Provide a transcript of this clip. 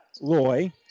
Loy